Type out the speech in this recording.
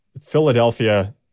Philadelphia